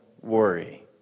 worry